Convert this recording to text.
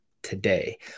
today